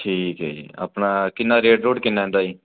ਠੀਕ ਹੈ ਜੀ ਆਪਣਾ ਕਿੰਨਾ ਰੇਟ ਰੂਟ ਕਿੰਨਾ ਇਹਦਾ ਜੀ